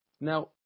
Now